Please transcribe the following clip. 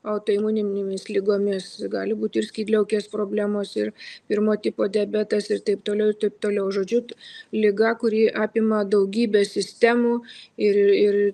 autoimuninėmis ligomis gali būti ir skydliaukės problemos ir pirmo tipo diabetas ir taip toliau ir taip toliau žodžiu liga kuri apima daugybę sistemų ir ir